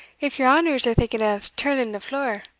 if your honours are thinking of tirling the floor,